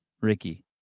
ricky